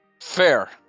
Fair